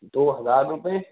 دو ہزار روپے